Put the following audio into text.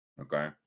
Okay